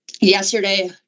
Yesterday